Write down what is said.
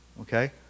Okay